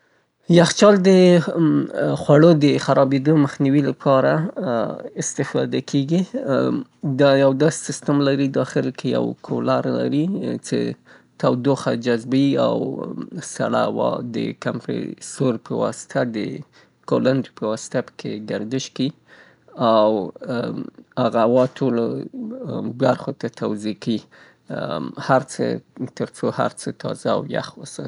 یخچال د ځانګړې مایع په کارولو سره خواړه یخ ساتي، یایې ساړه ساتي. دا مایع د یخچال دننه او بهر کویلونو له لارې ګردش کیي، دا د ننه څخه تودوخه جذبیي او بهر یې خپره یی. د تودوخې درجه دننه سړه ساتي چه د حوړو په ساتلو البته د خوړو په یخ ساتلو او سړو ساتلو کې مرسته کیی.